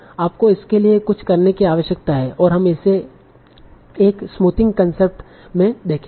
आपको इसके लिए कुछ करने की आवश्यकता है और हम इसे एक स्मूथिंग कंसेप्ट में देखेंगे